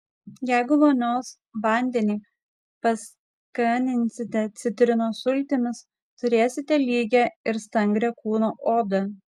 jeigu vonios vandenį paskaninsite citrinos sultimis turėsite lygią ir stangrią kūno odą